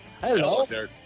Hello